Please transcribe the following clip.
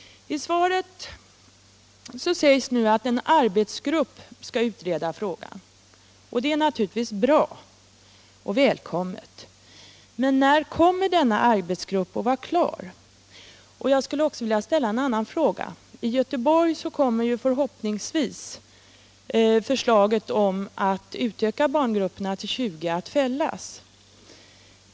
I svaret sägs nu att en arbetsgrupp skall utreda frågan, och det är . Om normer för naturligtvis bra och välkommet. Men när kommer denna arbetsgrupp personaltäthet och att vara klar? gruppstorlek inom Jag skulle också vilja ställa en annan fråga. I Göteborg kommer för = förskolan hoppningsvis förslaget om att utöka barngrupperna till 20 barn att fällas.